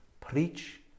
Preach